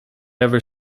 ever